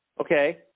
Okay